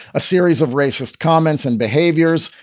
a series of racist comments and behaviors,